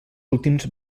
últims